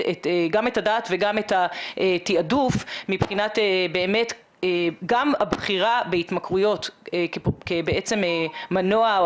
גם את הדעת וגם את התיעדוף מבחינת גם הבחירה בהתמכרויות כמנוע או